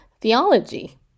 theology